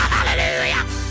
Hallelujah